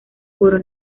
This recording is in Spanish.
por